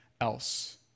else